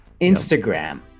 instagram